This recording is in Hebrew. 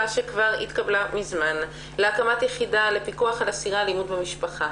שכבר התקבלה מזמן להקמת יחידה לפיקוח על אסירי אלימות במשפחה.